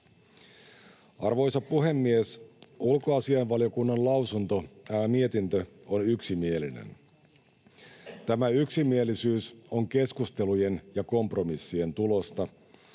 Arvoisa puhemies! Ulkoasiainvaliokunnan mietintö on yksimielinen. Tämä yksimielisyys on keskustelujen ja kompromissien tulosta,